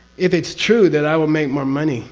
if it's true that i will make more money